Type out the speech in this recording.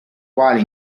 quale